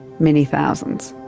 many thousands.